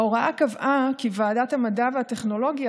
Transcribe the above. ההוראה קבעה כי ועדת המדע והטכנולוגיה